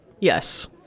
Yes